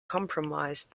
compromise